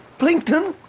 plankton?